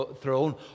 throne